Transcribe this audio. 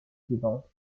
suivante